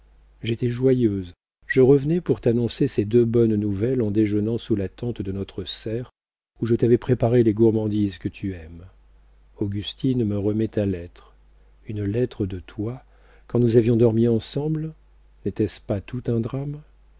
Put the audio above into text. j'étais joyeuse je revenais pour t'annoncer ces deux bonnes nouvelles en déjeunant sous la tente de notre serre où je t'avais préparé les gourmandises que tu aimes augustine me remet ta lettre une lettre de toi quand nous avions dormi ensemble n'était-ce pas tout un drame